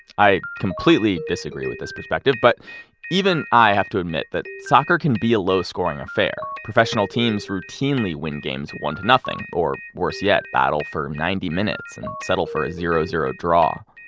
i completely disagree with this perspective, but even i have to admit that soccer can be a low-scoring affair. professional teams routinely win games one to nothing or, worse yet, battle for ninety minutes and settle for a zero-zero draw.